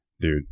dude